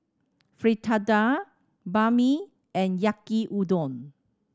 Fritada Banh Mi and Yaki Udon